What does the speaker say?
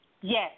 Yes